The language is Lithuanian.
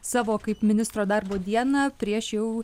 savo kaip ministro darbo dieną prieš jau